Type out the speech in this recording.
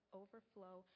overflow